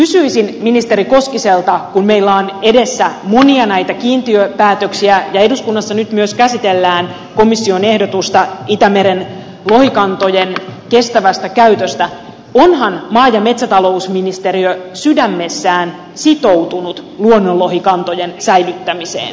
kysyisin ministeri koskiselta kun meillä on edessä monia näitä kiintiöpäätöksiä ja eduskunnassa nyt myös käsitellään komission ehdotusta itämeren lohikantojen kestävästä käytöstä onhan maa ja metsätalousministeriö sydämessään sitoutunut luonnonlohikantojen säilyttämiseen